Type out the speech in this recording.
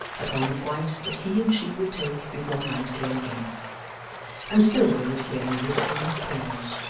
upon the flight that he and she would take before night came again and still they would hear him whisper in his prayers,